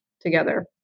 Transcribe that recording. together